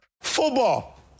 Football